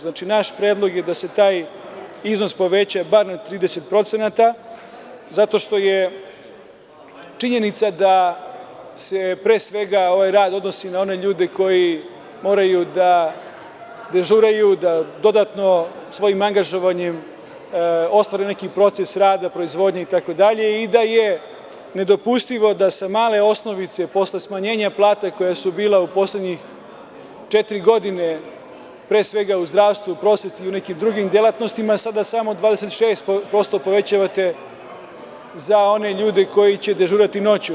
Znači, naš predlog je da se taj iznos poveća bar na 30%, zato što je činjenica da se pre svega ovaj rad odnosi na one ljude koji moraju da dežuraju, da dodatno svojim angažovanjem ostvare neki proces rada, proizvodnje itd. i da je nedopustivo da sa male osnovice, posle smanjenja plata koja su bila u poslednje četiri godine, pre svega u zdravstvu, u prosveti i u nekim drugim delatnostima, sada samo 26% povećavate za one ljude koji će dežurati noću.